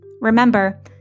Remember